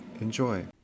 enjoy